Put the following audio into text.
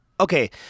okay